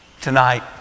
Tonight